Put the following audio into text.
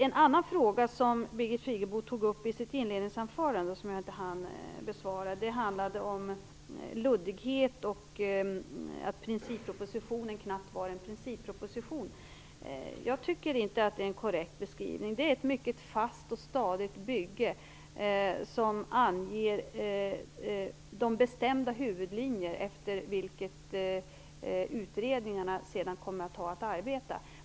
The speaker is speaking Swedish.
En annan fråga som Birgit Friggebo tog upp i sitt inledningsanförande men som jag inte hann besvara handlade om luddighet och att princippropositionen knappast var en principproposition. Jag tycker inte att det är en korrekt beskrivning. Det är ett mycket fast och stadigt bygge där man anger de bestämda huvudlinjerna, efter vilka utredningarna sedan kommer att ha att arbeta.